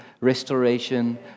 restoration